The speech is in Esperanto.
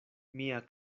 mia